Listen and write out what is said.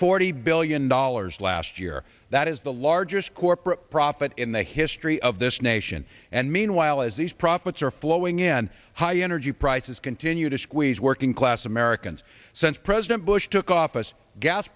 forty billion dollars last year that is the largest corporate profit in the history of this nation and meanwhile as these profits are flowing in high energy prices continue to squeeze working class americans since president bush took office gas